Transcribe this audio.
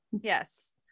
Yes